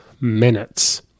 minutes